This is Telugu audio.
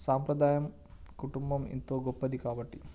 సాంప్రదాయం కుటుంబం ఎంతో గొప్పది కాబట్టి